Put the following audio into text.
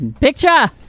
Picture